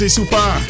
Super